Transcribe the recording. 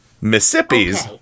Mississippi's